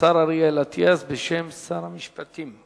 חוק ומשפט לשם הכנתה לקריאה שנייה ושלישית.